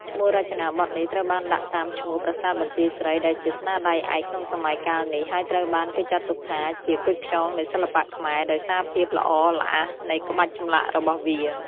ឈ្មោះរចនាបថនេះត្រូវបានដាក់តាមឈ្មោះ ប្រាសាទបន្ទាយស្រី ដែលជាស្នាដៃឯកក្នុងសម័យកាលនេះ ហើយត្រូវបានគេចាត់ទុកថាជា "គុជខ្យងនៃសិល្បៈខ្មែរ" ដោយសារភាពល្អល្អះនៃក្បាច់ចម្លាក់របស់វា។